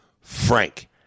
Frank